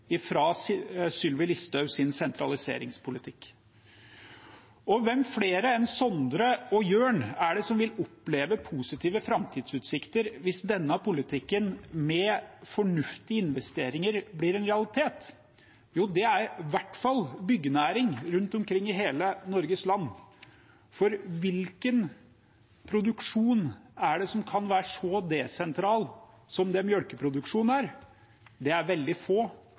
si 180 grader vekk fra Sylvi Listhaugs sentraliseringspolitikk. Hvem flere enn Sondre og Jørn er det som vil oppleve positive framtidsutsikter hvis denne politikken med fornuftige investeringer blir en realitet? Jo, det er i hvert fall byggenæring rundt omkring i hele Norges land. For hvilken produksjon er det som kan være så desentral som det melkeproduksjon er? Det er veldig få,